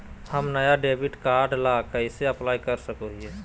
हम नया debit card ला कइसे अप्लाई कर सको हियै?